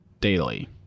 Daily